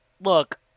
Look